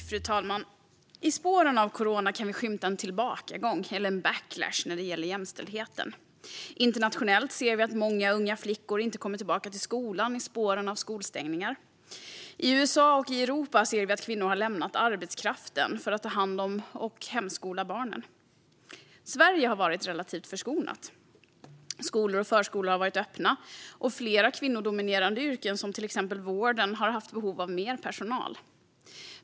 Fru talman! I spåren av corona kan vi skymta en tillbakagång, eller en backlash, när det gäller jämställdheten. Internationellt ser vi att många unga flickor inte kommer tillbaka till skolan i spåren av skolstängningar. I USA och i Europa ser vi att kvinnor har lämnat arbetskraften för att ta hand om och hemskola barnen. Sverige har varit relativt förskonat. Skolor och förskolor har varit öppna, och flera kvinnodominerade yrken, till exempel inom vården, har haft behov av mer personal.